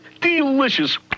Delicious